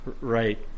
Right